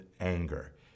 anger